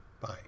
Bye